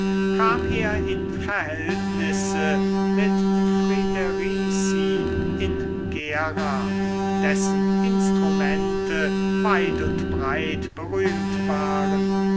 kam er in verhältnisse mit friederici in gera dessen instrumente weit und breit berühmt waren